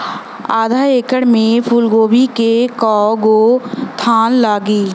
आधा एकड़ में फूलगोभी के कव गो थान लागी?